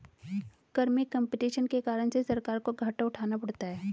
कर में कम्पटीशन के कारण से सरकार को घाटा उठाना पड़ता है